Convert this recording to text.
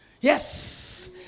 yes